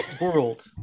world